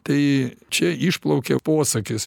tai čia išplaukia posakis